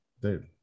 dude